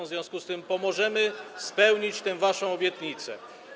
W związku z tym pomożemy spełnić tę waszą obietnicę.